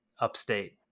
upstate